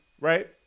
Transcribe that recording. right